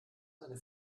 eine